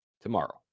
tomorrow